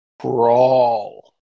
brawl